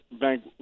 Bank